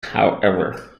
however